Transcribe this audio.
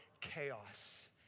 chaos